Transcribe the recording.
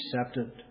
accepted